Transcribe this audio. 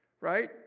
Right